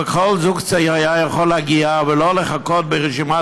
וכל זוג צעיר היה יכול להגיע ולא לחכות ברשימת